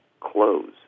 close